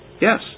yes